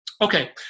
Okay